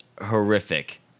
horrific